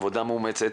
עבודה מאומצת,